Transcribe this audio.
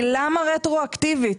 למה רטרואקטיבית?